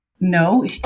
No